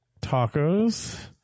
tacos